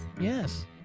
Yes